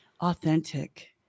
authentic